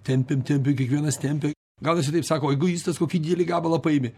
tempiam tempiam kiekvienas tempia gal visi taip sako egoistas kokį didelį gabalą paėmė